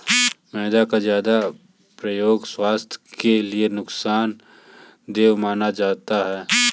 मैदा का ज्यादा प्रयोग स्वास्थ्य के लिए नुकसान देय माना जाता है